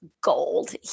gold